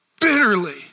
bitterly